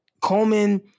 Coleman